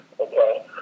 Okay